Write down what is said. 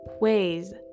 ways